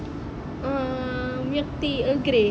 um milk tea earl grey